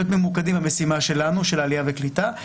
ממוקדים במשימה שלנו של העלייה והקליטה,